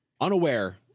Unaware